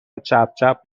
چپچپ